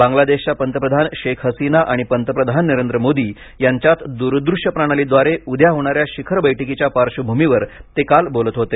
बांग्लादेशच्या पंतप्रधान शेख हसीना आणि पंतप्रधान नरेंद्र मोदी यांच्यात दुरदृश्य प्रणालीद्वारे उद्या होणाऱ्या शिखर बैठकीच्या पार्श्वभूमीवर ते काल बोलत होते